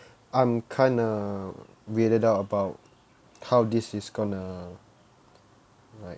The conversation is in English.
I'm kind of weirded out about how this is gonna like